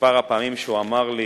שמספר הפעמים שהוא אמר לי